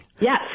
Yes